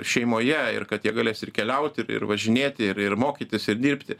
šeimoje ir kad jie galės ir keliauti ir važinėti ir ir mokytis ir dirbti